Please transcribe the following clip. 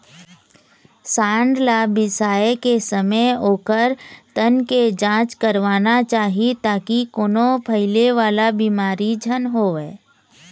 सांड ल बिसाए के समे ओखर तन के जांच करवाना चाही ताकि कोनो फइले वाला बिमारी झन होवय